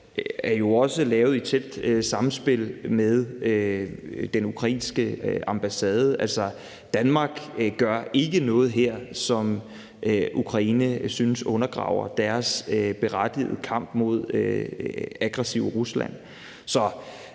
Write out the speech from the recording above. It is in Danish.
jo også er lavet i tæt samspil med den ukrainske ambassade. Altså, Danmark gør ikke noget her, som Ukraine synes undergraver deres berettigede kamp mod aggressive Rusland.